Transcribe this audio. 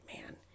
Man